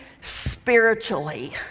spiritually